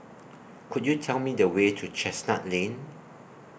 Could YOU Tell Me The Way to Chestnut Lane